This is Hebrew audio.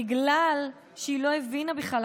בגלל שהיא לא הבינה בכלל,